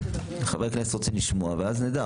חברי הכנסת רוצים לשמוע, ואז נדע.